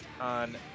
on